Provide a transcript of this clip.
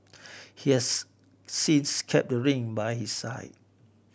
he has since kept the ring by his side